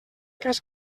cas